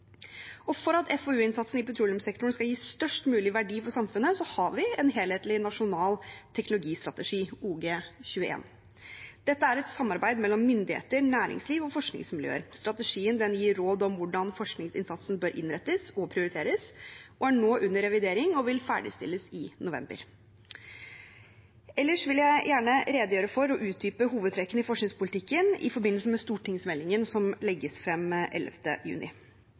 For at FoU-innsatsen i petroleumssektoren skal gi størst mulig verdi for samfunnet, har vi en helhetlig nasjonal teknologistrategi, OG21. Dette er et samarbeid mellom myndigheter, næringsliv og forskningsmiljøer. Strategien gir råd om hvordan forskningsinnsatsen bør innrettes og prioriteres. Den er nå under revidering og vil ferdigstilles i november. Ellers vil jeg gjerne redegjøre for og utdype hovedtrekkene i forskningspolitikken i forbindelse med stortingsmeldingen som legges frem 11. juni.